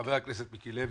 חבר הכנסת מיקי לוי.